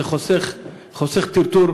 זה חוסך טרטור,